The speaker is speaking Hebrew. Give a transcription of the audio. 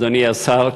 אדוני השר,